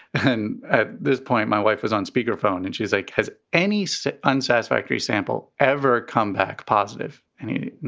and at this point, my wife was on speaker phone and she's like, has any sick, unsatisfactory sample ever come back positive? and he